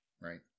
Right